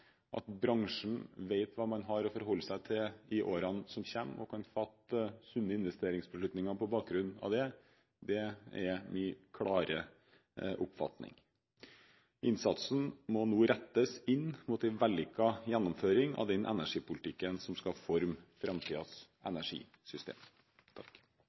at bransjen vet hva man har å forholde seg til i årene som kommer, og at man har tatt sunne investeringsbeslutninger på bakgrunn av det, er min klare oppfatning. Innsatsen må nå rettes inn mot en vellykket gjennomføring av den energipolitikken som skal forme